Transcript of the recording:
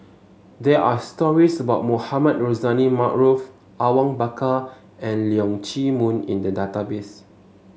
there are stories about Mohamed Rozani Maarof Awang Bakar and Leong Chee Mun in the database